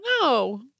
No